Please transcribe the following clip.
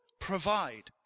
provide